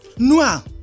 Noah